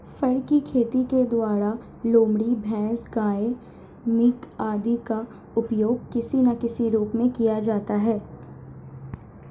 फर की खेती के द्वारा लोमड़ी, भैंस, गाय, मिंक आदि का उपयोग किसी ना किसी रूप में किया जाता है